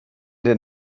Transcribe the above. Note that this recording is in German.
den